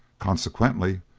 consequently,